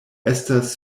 estas